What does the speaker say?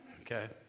Okay